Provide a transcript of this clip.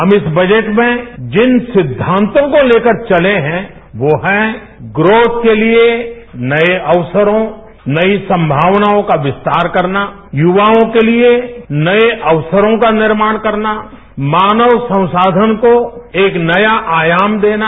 हम इस बजट में जिन सिद्वातों को लेकर चले हैं तो हैं ग्रोथ के लिए नए अवसरों नई संघावनाओं का विस्तार करना युवाओं के लिए नए अवसरों का निर्माण करना मानव संसाधन को एक नया आयाम देना